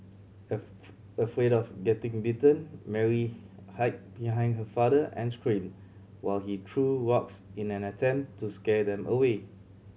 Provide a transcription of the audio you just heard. afraid of getting bitten Mary hid behind her father and screamed while he threw rocks in an attempt to scare them away